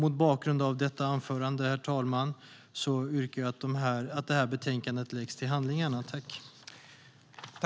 Mot bakgrund av det anförda yrkar jag att betänkandet läggs till handlingarna.